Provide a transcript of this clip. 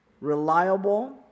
reliable